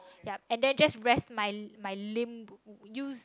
yup and then just rest my my limb use